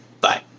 bye